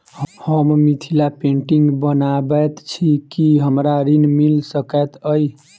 हम मिथिला पेंटिग बनाबैत छी की हमरा ऋण मिल सकैत अई?